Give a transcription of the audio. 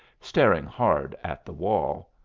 staring hard at the wall.